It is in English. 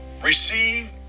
Receive